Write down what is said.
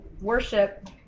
worship